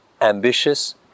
ambitious